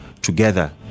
together